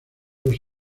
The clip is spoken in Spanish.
los